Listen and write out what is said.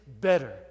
better